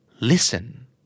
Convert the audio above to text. Listen